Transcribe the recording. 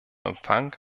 empfang